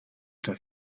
der